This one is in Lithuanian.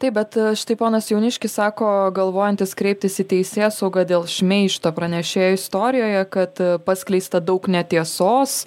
taip bet štai ponas jauniškis sako galvojantis kreiptis į teisėsaugą dėl šmeižto pranešėjo istorijoje kad paskleista daug netiesos